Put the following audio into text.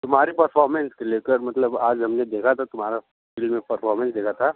तुम्हारे परफॉर्मेंस को लेकर मतलब आज हमने देखा था तुम्हारा फील्ड में परफॉर्मेंस देखा था